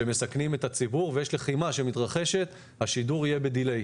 שמסכנים את הציבור ויש לחימה שמתרחשת השידור יהיה ב-delay.